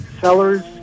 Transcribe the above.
sellers